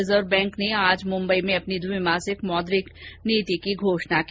reserve bank ने आज मुम्बई में अपनी द्विमासिक मौद्रिक नीति की घोषणा की